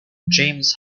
james